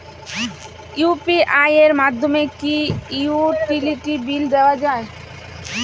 UPI এর মাধ্যমে কি ইউটিলিটি বিল দেওয়া যায়?